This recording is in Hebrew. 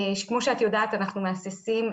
כמו שאת יודעת אנחנו מהססים,